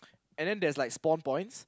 and then there's like spawn points